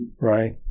Right